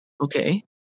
Okay